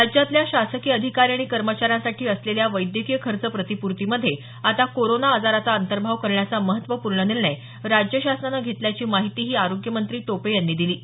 राज्यातल्या शासकीय अधिकारी आणि कर्मचाऱ्यांसाठी असलेल्या वैद्यकीय खर्च प्रतिपूर्तीमध्ये आता कोरोना आजाराचा अंतर्भाव करण्याचा महत्त्वपूर्ण निर्णय राज्य शासनानं घेतल्याची माहिती आरोग्यमंत्री टोपे यांनी दिली आहे